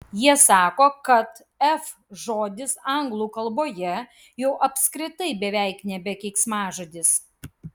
jie sako kad f žodis anglų kalboje jau apskritai beveik nebe keiksmažodis